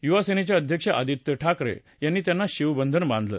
युवासेनेचे अध्यक्ष आदित्य ठाकरे यांनी त्यांना शिववंधन बांधलं